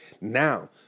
Now